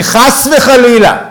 כי חס וחלילה,